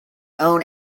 own